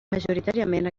majoritàriament